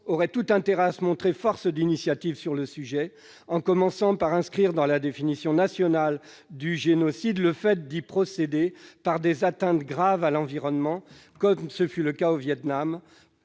aurait tout intérêt à se montrer force d'initiative sur le sujet, en commençant par inscrire dans la définition nationale du génocide le fait d'y procéder par des atteintes graves à l'environnement, comme ce fut le cas au Vietnam.